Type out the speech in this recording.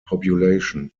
population